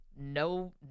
No